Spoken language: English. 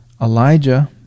Elijah